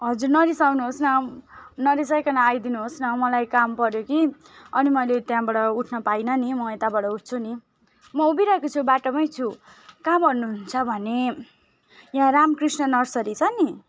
हजुर नरिसाउनुहोस् न नरिसाइकन आइदिनुहोस् न मलाई काम पऱ्यो कि अनि मैले त्यहाँबाट उठ्न पाइन नि म यताबाट उठ्छु नि म उभिरहेकै छु बाटामै छु कहाँ भन्नुहुन्छ भने यहाँ रामकृष्ण नर्सरी छ नि